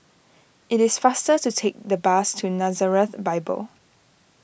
it is faster to take the bus to Nazareth Bible